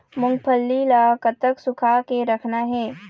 मूंगफली ला कतक सूखा के रखना हे?